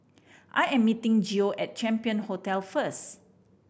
I am meeting Geo at Champion Hotel first